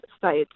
sites